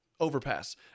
overpass